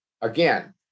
again